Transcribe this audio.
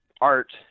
art